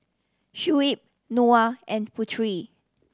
Shuib Noah and Putri